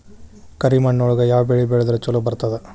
ಕರಿಮಣ್ಣೊಳಗ ಯಾವ ಬೆಳಿ ಬೆಳದ್ರ ಛಲೋ ಬರ್ತದ?